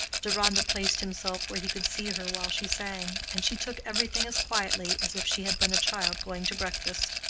deronda placed himself where he could see her while she sang and she took everything as quietly as if she had been a child going to breakfast.